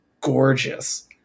gorgeous